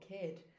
kid